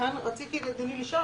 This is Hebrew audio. כאן רציתי לשאול.